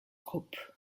group